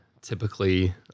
typically